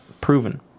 proven